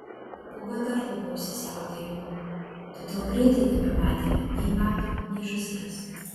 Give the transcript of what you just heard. pūga dar labiau įsisiautėjo todėl greitai nebematėme nei mato nei žąsies